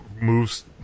moves